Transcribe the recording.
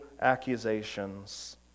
accusations